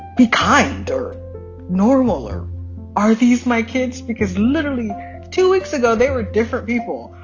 be kind or normal or are these my kids? because literally two weeks ago, they were different people.